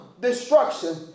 destruction